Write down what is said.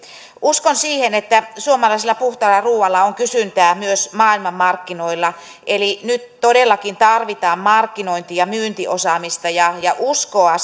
uskon siihen että suomalaisella puhtaalla ruualla on kysyntää myös maailmanmarkkinoilla eli nyt todellakin tarvitaan markkinointi ja myyntiosaamista ja ja uskoa